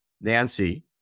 Nancy